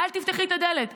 אל תפתחי את הדלת.